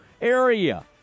area